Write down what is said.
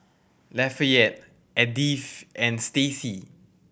Lafayette Edythe and Stacie